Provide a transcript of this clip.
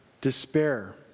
despair